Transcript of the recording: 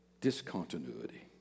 discontinuity